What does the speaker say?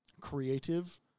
creative